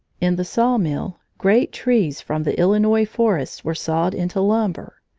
in the sawmill great trees from the illinois forests were sawed into lumber.